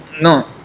No